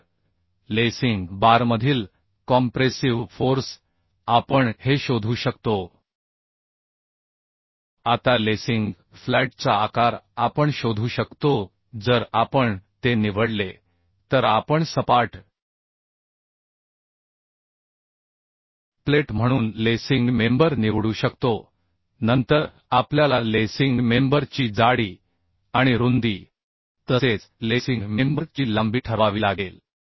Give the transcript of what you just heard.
तर लेसिंग बारमधील compressive force आपण हे शोधू शकतो आता लेसिंग फ्लॅटचा आकार आपण शोधू शकतो जर आपण ते निवडले तर आपण सपाट प्लेट म्हणून लेसिंग मेंबर निवडू शकतो नंतर आपल्याला लेसिंग मेंबर ची जाडी आणि रुंदी तसेच लेसिंग मेंबर ची लांबी ठरवावी लागेल